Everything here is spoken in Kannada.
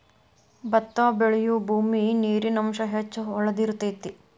ಬತ್ತಾ ಬೆಳಿಯುಬೂಮಿ ನೇರಿನ ಅಂಶಾ ಹೆಚ್ಚ ಹೊಳದಿರತೆತಿ